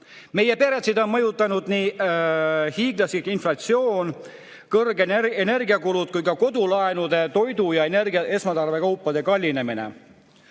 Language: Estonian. Meie peresid on mõjutanud nii hiiglaslik inflatsioon, kõrged energiakulud kui ka kodulaenude, toidu ja energia, esmatarbekaupade kallinemine.